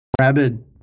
rabid